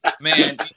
man